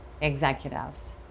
executives